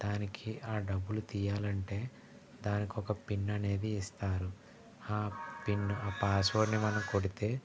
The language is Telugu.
దానికి ఆ డబ్బులు తీయాలంటే దానికి ఒక పిన్ అనేది ఇస్తారు ఆ పిన్ ఆ పాస్వర్డ్ని మనం కొడితే